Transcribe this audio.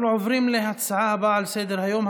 אנחנו עוברים להצעה הבאה על סדר-היום,